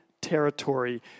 territory